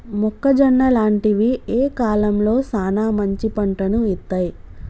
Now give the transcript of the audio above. మొక్కజొన్న లాంటివి ఏ కాలంలో సానా మంచి పంటను ఇత్తయ్?